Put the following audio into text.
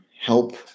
help